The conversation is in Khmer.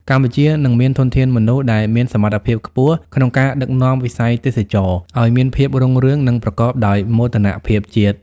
កម្ពុជានឹងមានធនធានមនុស្សដែលមានសមត្ថភាពខ្ពស់ក្នុងការដឹកនាំវិស័យទេសចរណ៍ឱ្យមានភាពរុងរឿង និងប្រកបដោយមោទនភាពជាតិ។